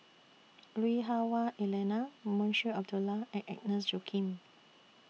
Lui Hah Wah Elena Munshi Abdullah and Agnes Joaquim